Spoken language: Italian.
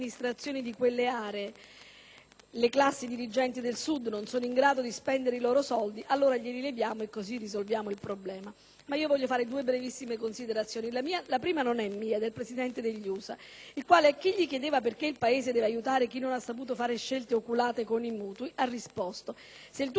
le classi dirigenti del Sud, non sono in grado di spendere i loro soldi, allora gli vengono tolti così si risolve il problema. Voglio ora fare due brevissime considerazioni. La prima non è mia ma del Presidente degli USA il quale, a chi gli chiedeva perché il Paese deve aiutare chi non ha saputo fare scelte oculate con i mutui, ha risposto: se il tuo vicino per una negligenza, per una cicca accesa,